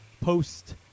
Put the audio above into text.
post